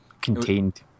contained